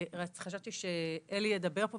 חשבתי שאלי ידבר פה,